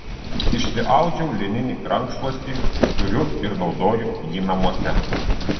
išsiaudžiau lininį rankšluostį turiu ir naudoju jį namuose